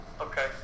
Okay